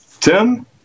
tim